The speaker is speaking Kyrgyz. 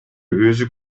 өзү